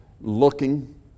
looking